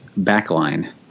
backline